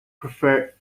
prefer